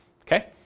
Okay